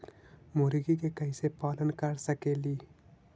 मुर्गि के कैसे पालन कर सकेली?